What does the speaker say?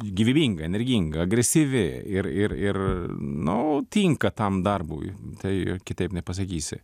gyvybinga energinga agresyvi ir ir ir nu tinka tam darbui tai kitaip nepasakysi